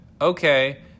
Okay